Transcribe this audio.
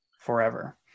forever